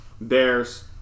Bears